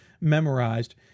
memorized